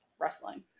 wrestling